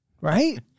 Right